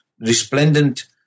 resplendent